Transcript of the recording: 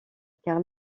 car